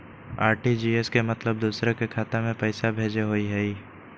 RTGS के मतलब दूसरे के खाता में पईसा भेजे होअ हई?